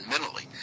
mentally